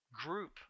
group